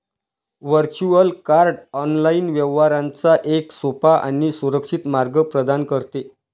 virtual card online व्यवहारांचा एक सोपा आणि सुरक्षित मार्ग प्रदान करते